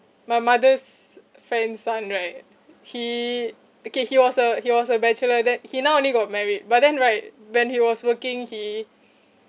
my mother's friend son right he okay he was a he was a bachelor that he now only got married but then right when he was working he